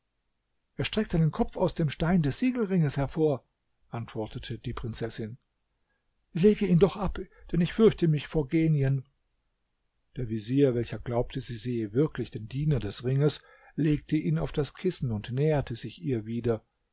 er streckt seinen kopf aus dem stein des siegelringes hervor antwortete die prinzessin lege ihn doch ab denn ich fürchte mich vor genien der vezier welcher glaubte sie sehe wirklich den diener des ringes legte ihn auf das kissen und näherte sich ihr wieder